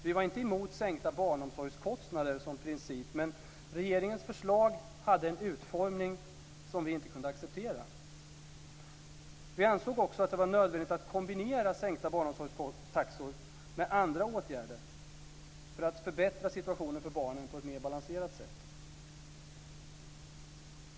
Vi var inte emot sänkta barnomsorgskostnader som princip, men regeringens förslag hade en utformning som vi inte kunde acceptera. Vi ansåg också att det var nödvändigt att kombinera sänkta barnomsorgstaxor med andra åtgärder för att förbättra situationen för barnen på ett mer balanserat sätt.